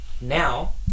Now